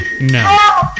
no